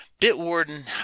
Bitwarden